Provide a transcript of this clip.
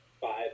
five